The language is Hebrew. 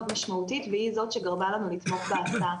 מאוד משמעותית והיא זאת שגרמה לנו לתמוך בהצעה.